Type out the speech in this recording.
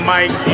Mike